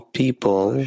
people